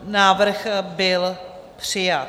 Návrh byl přijat.